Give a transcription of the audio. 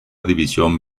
división